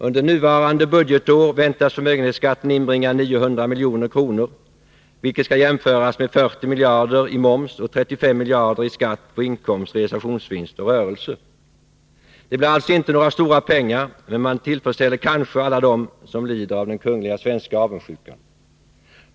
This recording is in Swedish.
Under nuvarande budgetår väntas förmögenhetsskatten inbringa 900 milj.kr., vilket skall jämföras med 40 miljarder i moms och 35 miljarder i skatt på inkomst, realisationsvinst och rörelse. Det blir alltså inte några stora pengar, men man tillfredsställer kanske alla dem som lider av den kungliga svenska avundsjukan.